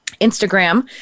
instagram